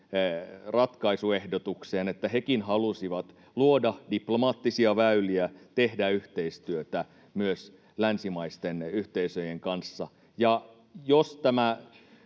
ratkaisuehdotukseen, että hekin halusivat luoda diplomaattisia väyliä, tehdä yhteistyötä myös länsimaisten yhteisöjen kanssa.